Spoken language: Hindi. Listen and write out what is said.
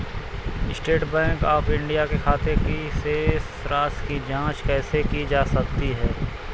स्टेट बैंक ऑफ इंडिया के खाते की शेष राशि की जॉंच कैसे की जा सकती है?